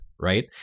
Right